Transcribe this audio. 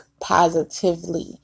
positively